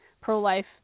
pro-life